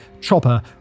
Chopper